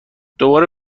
دوباره